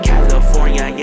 California